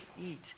eat